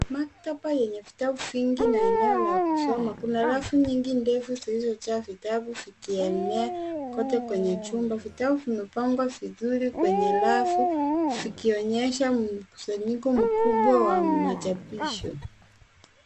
Maktaba yenye vitabu vingi na eneo la kusoma. Kuna rafu nyingi ndefu zilizojaa vitabu vikienea kote kwenye chumba. Vitabu vimepangwa vizuri kwenye rafu vikionyesha mkusanyiko mkubwa wa machapisho.